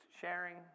sharing